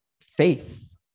faith